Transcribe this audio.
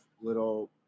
little